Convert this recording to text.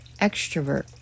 extrovert